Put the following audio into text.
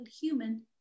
human